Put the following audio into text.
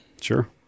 Sure